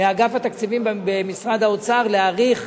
מאגף התקציבים במשרד האוצר להאריך